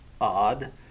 odd